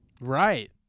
Right